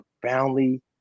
profoundly